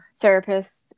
therapists